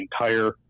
entire